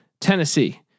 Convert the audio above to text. Tennessee